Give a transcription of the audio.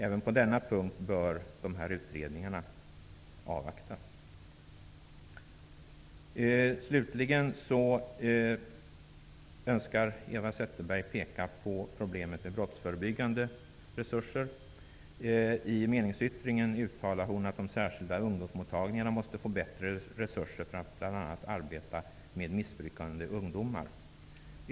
Även dessa utredningar bör avvaktas. Slutligen önskar Eva Zetterberg peka på problemet med brottsförebyggande resurser. I meningsyttringen uttalar hon att de särskilda ungdomsmottagningarna måste få bättre resurser, bl.a. för arbetet med missbrukande ungdomar.